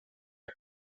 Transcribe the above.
jag